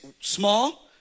small